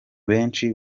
benshi